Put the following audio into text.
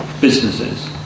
businesses